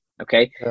Okay